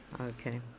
Okay